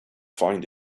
find